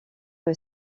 que